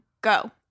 go